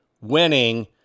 winning